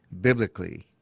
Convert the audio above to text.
biblically